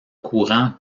courant